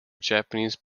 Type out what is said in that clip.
japanese